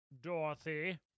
Dorothy